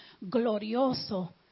glorioso